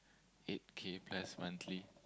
eight K plus monthly